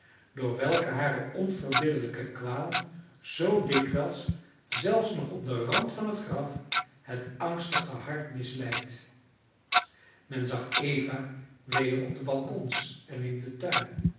door welke hare onverbiddelijke kwaal zoo dikwijls zelfs nog op den rand van het graf het angstige hart misleidt men zag eva weder op de balkons en in den tuin